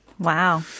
Wow